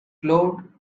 glowed